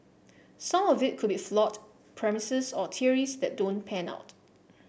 some of it could be flawed premises or theories that don't pan out